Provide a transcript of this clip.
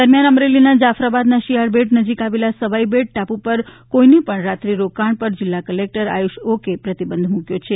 દરમ્યાન અમરેલીના જાફરાબાદના શિયાળબેટ નજીક આવેલ સવાઈ બેટ ટાપુ પર કોઈને પણ રાત્રી રોકાણ પર જિલ્લા કલેક્ટરે આયુષ ઓકે પ્રતિબંધ મૂકયો છે